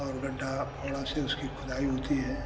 और गड्ढा फावड़ा से उसकी खुदाई होती है